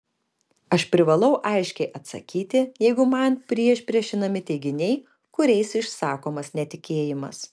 aš privalau aiškiai atsakyti jeigu man priešpriešinami teiginiai kuriais išsakomas netikėjimas